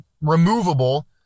removable